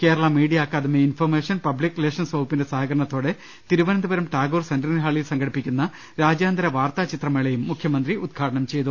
Kerala media academy information public relations വകുപ്പിന്റെ സഹകരണത്തോടെ Thiruvananthapuram Tagore centenary ഹാളിൽ സംഘടിപ്പിക്കുന്ന രാജ്യാന്തര വാർത്ത ചിത്രമേളയും മുഖ്യമന്ത്രി ഉദ്ഘാടനം ചെയ്തു